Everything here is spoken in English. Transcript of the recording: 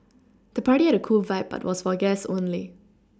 the party had a cool vibe but was for guests only